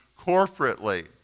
corporately